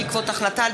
נתקבלה.